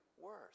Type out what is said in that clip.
worse